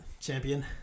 champion